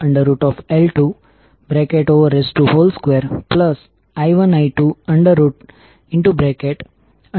આપણે લખી શકીએ છીએ v2N2d2dtN2d2di2di2dtL2di2dt જ્યાં i2એ કરંટ છે જે કોઇલ 2 માં વહે છે અને L2એ કોઇલ 2 નો સેલ્ફ ઈન્ડકટન્સ છે